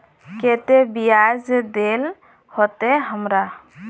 केते बियाज देल होते हमरा?